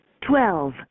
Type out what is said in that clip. Twelve